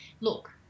look